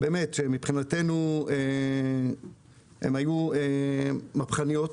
מבחינתנו הן היו מהפכניות,